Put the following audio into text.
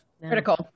Critical